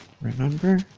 remember